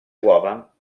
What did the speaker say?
uova